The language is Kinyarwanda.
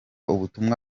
ubutumwa